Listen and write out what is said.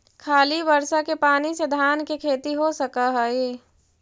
खाली बर्षा के पानी से धान के खेती हो सक हइ?